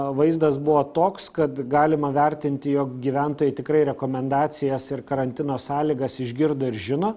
vaizdas buvo toks kad galima vertinti jog gyventojai tikrai rekomendacijas ir karantino sąlygas išgirdo ir žino